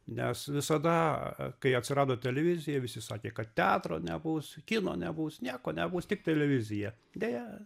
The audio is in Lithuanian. nes visada kai atsirado televizija visi sakė kad teatro nebus kino nebus nieko nebus tik televizija deja